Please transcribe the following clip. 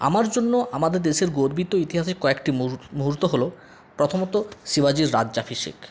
আমার জন্য আমাদের দেশের গর্বিত ইতিহাসের কয়েকটি মুহূর্ত হল প্রথমত শিবাজীর রাজ্যাভিষেক